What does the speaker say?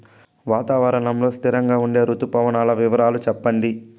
వాతావరణం లో స్థిరంగా ఉండే రుతు పవనాల వివరాలు చెప్పండి?